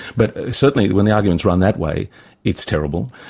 but certainly when the argument's run that way it's terrible.